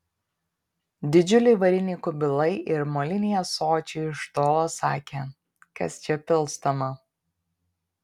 didžiuliai variniai kubilai ir moliniai ąsočiai iš tolo sakė kas čia pilstoma